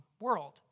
world